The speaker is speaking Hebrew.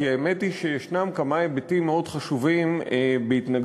כי האמת היא שישנם כמה היבטים מאוד חשובים בהתנגדותי